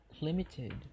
limited